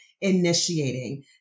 initiating